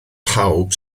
pawb